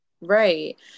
Right